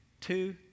two